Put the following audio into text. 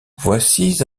voici